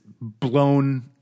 blown